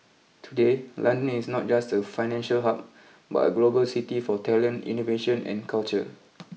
today London is not just a financial hub but a global city for talent innovation and culture